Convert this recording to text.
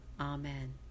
Amen